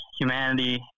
humanity